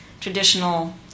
traditional